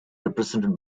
represented